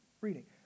reading